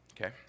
okay